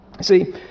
See